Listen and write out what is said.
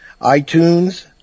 iTunes